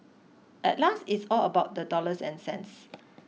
at last it's all about the dollars and cents